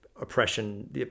oppression